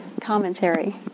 commentary